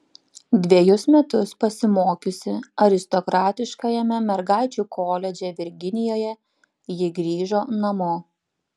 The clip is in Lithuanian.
dvejus metus pasimokiusi aristokratiškajame mergaičių koledže virginijoje ji grįžo namo